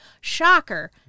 shocker